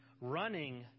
Running